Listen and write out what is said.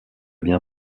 bien